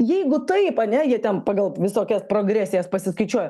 jeigu taip ar ne jie ten pagal visokias progresijas pasiskaičiuoja